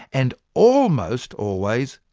and almost always,